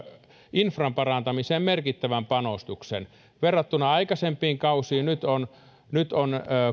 infran parantamiseen merkittävän panostuksen verrattuna aikaisempiin kausiin nyt on nyt on